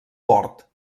port